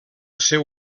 seu